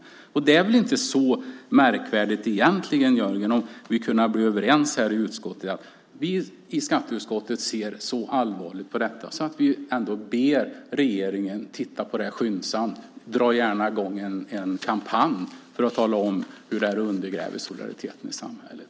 Det hade väl inte varit så märkvärdigt egentligen, Jörgen, om vi hade kunnat bli överens i skatteutskottet om att vi ser så allvarligt på detta att vi ber regeringen att titta på detta skyndsamt och gärna dra i gång en kampanj för att tala om hur det undergräver solidariteten i samhället.